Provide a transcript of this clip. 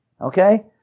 okay